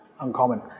uncommon